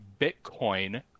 Bitcoin